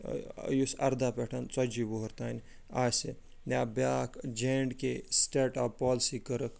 یُس ارداہ پٮ۪ٹھ ژَتجی وُہُر تام آسہِ یا بیٛاکھ J and K state of policy کٔرٕکھ